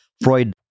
Freud